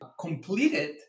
completed